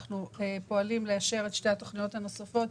אנחנו פועלים לאשר את שתי התוכניות הנוספות,